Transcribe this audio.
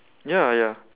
ya ya